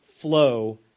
flow